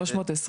320